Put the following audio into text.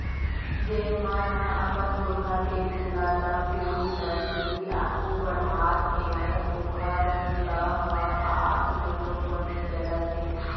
जेन मन ह अपन पूरखा के बूता ल पीढ़ी दर पीढ़ी आघू बड़हात हेवय ओखर बूता ह आज घलोक बने चलत हे